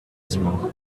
smoke